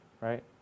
Right